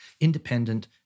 independent